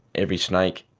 every snake,